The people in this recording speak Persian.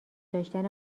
داشتن